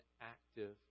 active